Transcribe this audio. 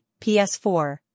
PS4